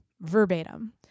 verbatim